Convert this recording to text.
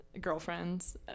Girlfriends